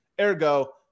Ergo